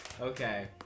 Okay